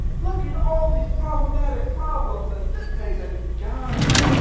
look at all these problematic problems and nitpicks and guys,